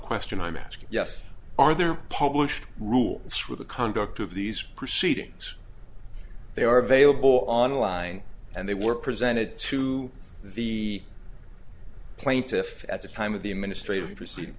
question i'm asking yes are there are published rules for the conduct of these proceedings they are available online and they were presented to the plaintiff at the time of the administration proceed